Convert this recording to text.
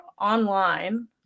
online